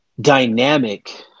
dynamic